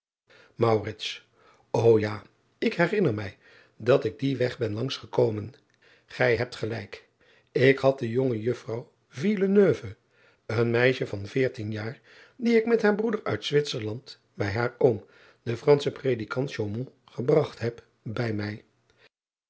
o a ik herinner mij dat ik dien weg ben langs gekomen ij hebt gelijk ik had de jonge juffrouw een meisje van veertien jaar die ik met haar broeder uit witserland bij haar oom den ranschen redikant gebragt heb bij mij